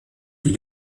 die